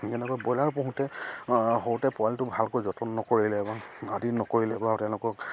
যেনেকৈ ব্ৰইলাৰ পোহোঁতে সৰুতে পোৱালিটো ভালকৈ যতন নকৰিলে বা আদিৰ নকৰিলে বা তেওঁলোকক